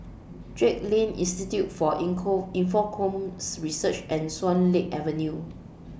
Drake Lane Institute For Infocomm Research and Swan Lake Avenue